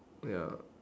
oh ya